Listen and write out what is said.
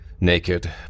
Naked